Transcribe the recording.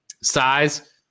size